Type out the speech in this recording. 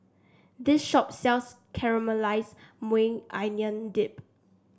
this shop sells Caramelized Maui Onion Dip